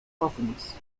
province